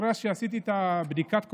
אחרי שעשיתי את בדיקת הקורונה,